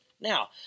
Now